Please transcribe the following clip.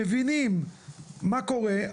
מבינים מה קורה,